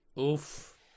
Oof